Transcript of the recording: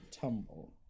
Tumble